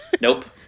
Nope